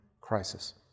crisis